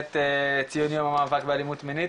במסגרת ציון יום המאבק לאלימות מיני,